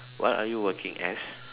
what are you working as